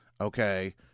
okay